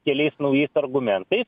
keliais naujais argumentais